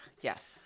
yes